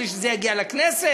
בלי שזה יגיע לכנסת.